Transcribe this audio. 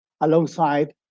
alongside